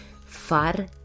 Far